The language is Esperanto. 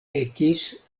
ekis